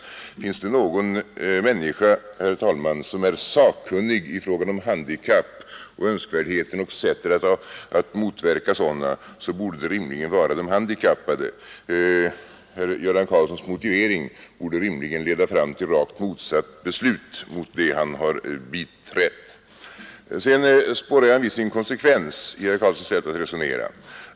Finns det några människor, herr talman, som är sakkunniga i fråga om handikapp och önskvärdheten av och sättet att motverka sådana, så borde det rimligen vara de handikappade. Herr Göran Karlssons motivering borde rimligen leda fram till rakt motsatt förslag mot det han Sedan spårar jag en viss inkonsekvens i herr Karlssons sätt att resonera.